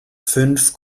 fünf